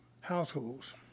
households